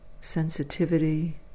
sensitivity